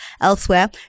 Elsewhere